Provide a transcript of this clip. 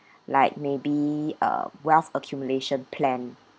like maybe uh wealth accumulation plan